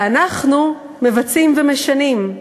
חתמתם על ההצעות, ואנחנו מבצעים ומשנים.